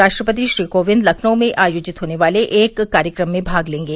राष्ट्रपति श्री कोविंद लखनऊ में आयोजित होने वाले एक कार्यक्रम में भाग लेंगे